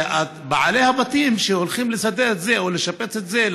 ובעלי הבתים שהולכים לסדר את זה או לשפץ את זה,